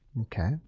Okay